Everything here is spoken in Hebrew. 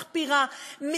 מכפירה,